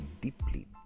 deeply